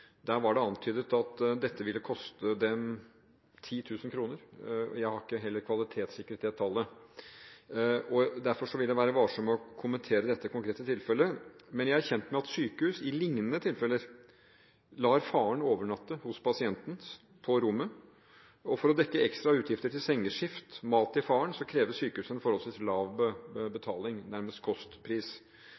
Der var det antydet at dette ville koste dem 10 000 kr. Jeg har ikke heller kvalitetssikret det tallet, og derfor vil jeg være varsom med å kommentere dette konkrete tilfellet. Men jeg er kjent med at sykehus i lignende tilfeller lar faren overnatte hos pasienten på rommet, og for å dekke ekstra utgifter til sengeskift og mat til faren krever sykehusene forholdsvis lav betaling, nærmest kostpris.